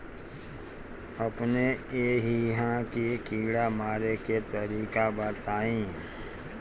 अपने एहिहा के कीड़ा मारे के तरीका बताई?